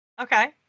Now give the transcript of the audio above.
Okay